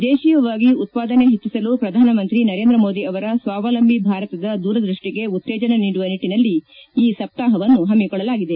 ದೇಶೀಯವಾಗಿ ಉತ್ಪಾದನೆ ಹೆಚ್ಚಿಸಲು ಪ್ರಧಾನಮಂತ್ರಿ ನರೇಂದ್ರ ಮೋದಿ ಅವರ ಸ್ವಾವಲಂಬಿ ಭಾರತದ ದೂರದ್ಬಡ್ಡಿಗೆ ಉತ್ತೇಜನ ನೀಡುವ ನಿಟ್ಟಿನಲ್ಲಿ ಈ ಸಪ್ತಾಹವನ್ನು ಹಮ್ಮಿಕೊಳ್ಳಲಾಗಿದೆ